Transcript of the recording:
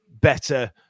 better